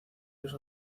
los